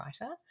writer